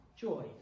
joy